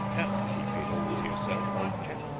don't keep it all to yourself, old chap.